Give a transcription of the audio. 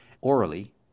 orally